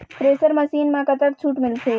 Thresher machine म कतक छूट मिलथे?